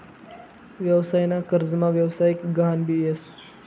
व्यवसाय ना कर्जमा व्यवसायिक गहान भी येस